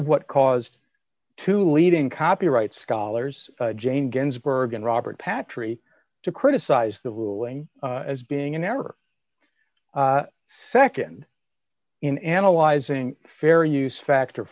of what caused two leading copyright scholars jayne ginsburg and robert patry to criticize the ruling as being an error second in analyzing fair use factor